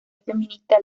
feminista